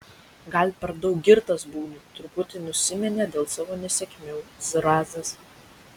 gal per daug girtas būnu truputi nusiminė dėl savo nesėkmių zrazas